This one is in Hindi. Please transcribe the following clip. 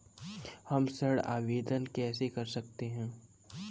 हम ऋण आवेदन कैसे कर सकते हैं?